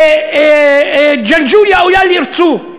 בג'לג'וליה אולי ירצו,